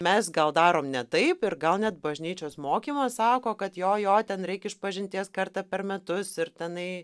mes gal darom ne taip ir gal net bažnyčios mokymas sako kad jo jo ten reik išpažinties kartą per metus ir tenai